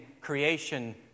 creation